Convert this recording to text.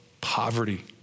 poverty